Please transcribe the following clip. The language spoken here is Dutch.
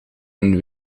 een